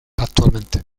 actualmente